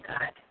God